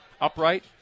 upright